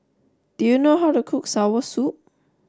do you know how to cook Soursop